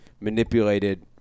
manipulated